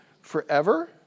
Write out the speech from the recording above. forever